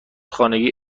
خانگی